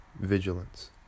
vigilance